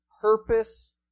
purpose